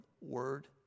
word